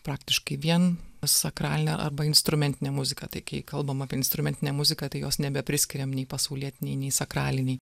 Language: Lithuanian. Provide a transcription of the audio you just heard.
praktiškai vien sakralinė arba instrumentinė muzika tai kai kalbama apie instrumentinę muziką tai jos nebepriskiriam nei pasaulietinei nei sakralinei